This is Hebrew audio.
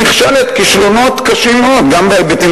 נכשלת כישלונות קשים מאוד גם בהיבטים